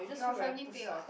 your family pay what